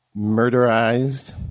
murderized